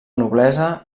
noblesa